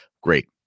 Great